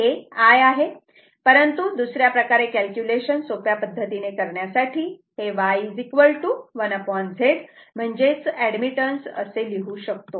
हे I आहे परंतु दुसऱ्या प्रकार कॅल्क्युलेशन सोप्या पद्धतीने करण्यासाठी हे Y 1 Z म्हणजेच एडमिटन्स असे लिहू शकतो